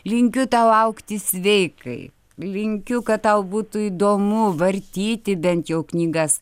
linkiu tau augti sveikai linkiu kad tau būtų įdomu vartyti bent jau knygas